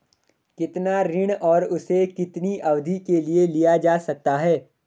कितना ऋण और उसे कितनी अवधि के लिए लिया जा सकता है?